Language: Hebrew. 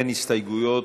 אין הסתייגויות,